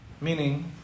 meaning